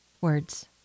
words